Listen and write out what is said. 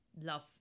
love